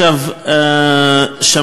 אני אבדוק אתו גם כן.